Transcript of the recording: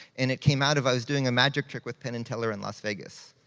and it came out of, i was doing a magic trick with penn and teller in las vegas.